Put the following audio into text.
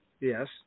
Yes